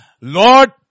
Lord